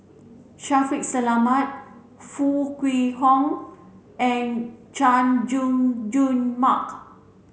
Shaffiq Selamat Foo Kwee Horng and Chay Jung Jun Mark